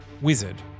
wizard